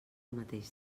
mateix